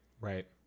Right